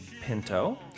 Pinto